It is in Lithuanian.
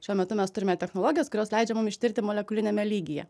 šiuo metu mes turime technologijas kurios leidžia mum ištirti molekuliniame lygyje